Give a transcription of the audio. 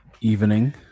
evening